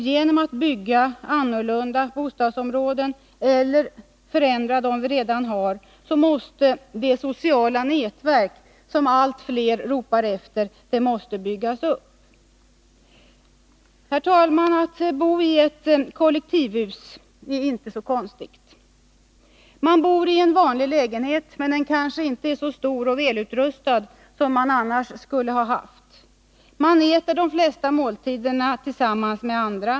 Genom att bygga annorlunda bostadsområden eller förändra dem vi redan har måste det sociala nätverk som allt fler ropar efter byggas upp. Herr talman! Att bo i ett kollektivhus är inte så konstigt. Man bor i en vanlig lägenhet men den kanske inte är så stor och välutrustad som den man annars skulle ha haft. Man äter de flesta måltiderna tillsammans med andra.